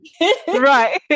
right